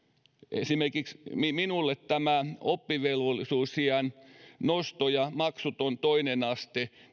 esimerkiksi minulle oppivelvollisuusiän nosto ja maksuton toinen aste